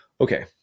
Okay